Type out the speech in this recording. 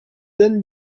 then